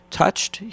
touched